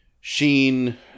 Sheen